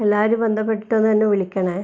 എല്ലാവരും ബന്ധപ്പെട്ടിട്ട് ഒന്നെന്നെ വിളിക്കണേ